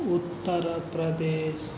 Uttar Pradesh